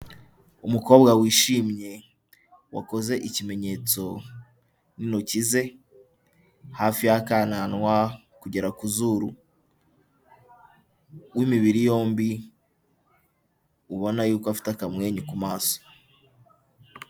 Umukobwa wishimye wakoze ikimenyetso n'intoki ze, hafi y'akananwa kugera ku zuru, w'imibiri yombi ubona yuko afite akamwenyu ku maso.